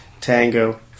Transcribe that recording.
Tango